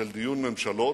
של דיון ממשלות,